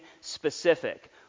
specific